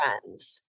friends